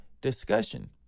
discussion